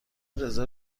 رزرو